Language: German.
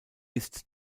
ist